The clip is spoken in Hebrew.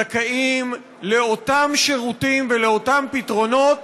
זכאים לאותם שירותים ולאותם פתרונות